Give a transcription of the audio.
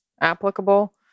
applicable